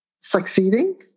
succeeding